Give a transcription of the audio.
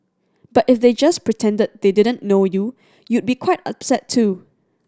but if they just pretended they didn't know you you'd be quite upset too